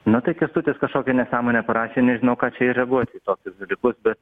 na tai kęstutis kažkokią nesąmonę parašė nežinau ką čia ir reaguoti į tokius dalykus bet